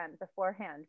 beforehand